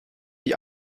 die